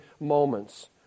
moments